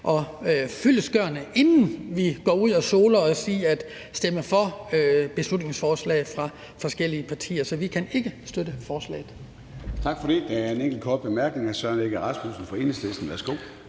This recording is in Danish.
og fyldestgørende, inden vi går ud og soler os i at stemme for beslutningsforslaget fra forskellige partier. Så vi kan ikke støtte forslaget.